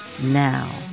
Now